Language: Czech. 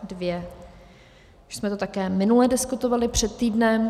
Už jsme to také minule diskutovali, před týdnem.